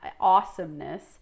awesomeness